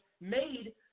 made